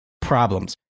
problems